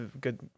good